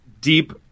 deep